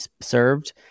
served